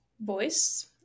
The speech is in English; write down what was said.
voice